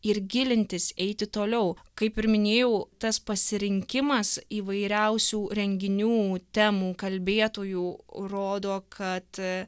ir gilintis eiti toliau kaip ir minėjau tas pasirinkimas įvairiausių renginių temų kalbėtojų rodo kad